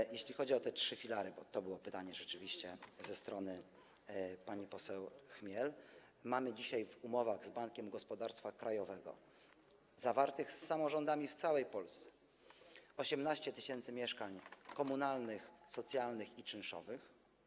Teraz jeśli chodzi o te trzy filary, bo to było pytanie rzeczywiście ze strony pani poseł Chmiel, mamy dzisiaj w umowach z Bankiem Gospodarstwa Krajowego, zawartych z samorządami w całej Polsce, 18 tys. mieszkań komunalnych, socjalnych i czynszowych.